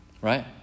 right